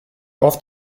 oft